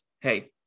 Hey